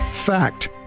fact